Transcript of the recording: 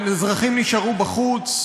האזרחים נשארו בחוץ,